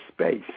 space